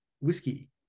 whiskey